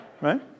Right